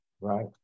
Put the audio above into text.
right